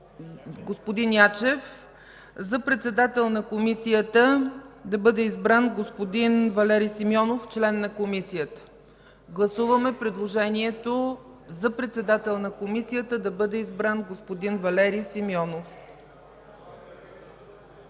господин Ячев за председател на Комисията да бъде избран господин Валери Симеонов – член на Комисията. Гласуваме предложението за председател на Комисията да бъде избран господин Валери Симеонов.